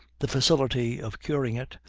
the facility of curing it,